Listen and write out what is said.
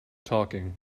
talking